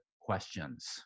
questions